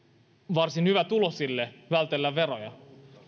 varsin hyvätuloisille vältellä veroja